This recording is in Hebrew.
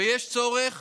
ויש צורך